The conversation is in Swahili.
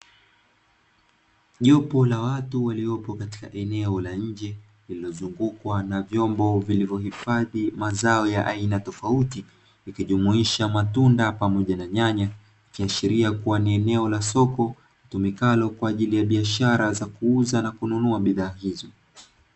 Jopo la watu waliopo katika eneo la nje lililozungukwa na vyombo vilivyohifadhi mazao ya aina tofauti ikijumuisha matunda pamoja na nyanya. Ikiashiria kua ni eneo la soko litumikalo kwa ajili ya kuuza na kununua bidhaa hizo.